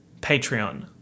Patreon